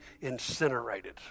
incinerated